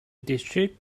district